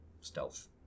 stealth